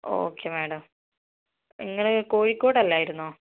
okay madam നിങ്ങൾ കോഴിക്കോട് അല്ലായിരുന്നോ